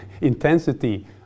intensity